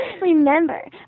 Remember